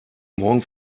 morgen